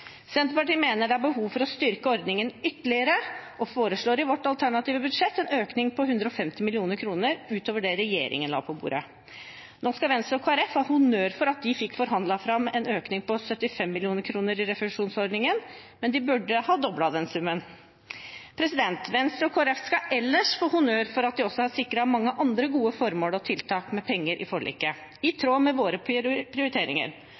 Senterpartiet mener det er behov for å styrke ordningen ytterligere, og foreslår i sitt alternative budsjett en økning på 150 mill. kr utover det regjeringen la på bordet. Nå skal Venstre og Kristelig Folkeparti ha honnør for at de fikk forhandlet fram en økning på 75 mill. kr i refusjonsordningen, men de burde ha doblet den summen. Venstre og Kristelig Folkeparti skal ellers få honnør for at de også har sikret mange andre gode formål og tiltak med penger i forliket, i tråd med våre prioriteringer,